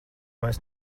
mēs